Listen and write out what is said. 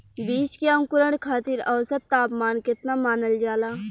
बीज के अंकुरण खातिर औसत तापमान केतना मानल जाला?